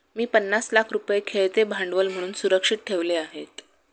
मी पन्नास लाख रुपये खेळते भांडवल म्हणून सुरक्षित ठेवले आहेत